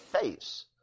face